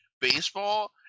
Baseball